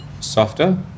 softer